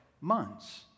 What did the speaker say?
months